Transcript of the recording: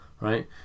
right